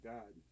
God